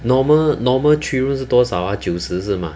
normal normal three room 是多少 ah 九十是 mah